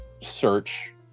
search